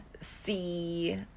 see